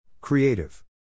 Creative